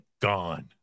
Gone